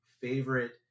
favorite